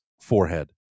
forehead